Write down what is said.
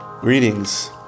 Greetings